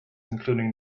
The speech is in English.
including